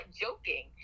joking